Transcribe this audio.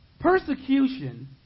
Persecution